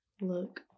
look